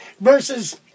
versus